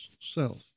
self